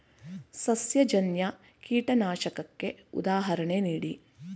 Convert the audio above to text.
ಸಸ್ಯಜನ್ಯ ಕೀಟನಾಶಕಕ್ಕೆ ಉದಾಹರಣೆ ನೀಡಿ?